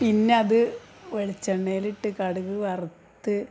പിന്നെ അത് വെളിച്ചെണ്ണയിലിട്ട് കടുക് വറുത്ത്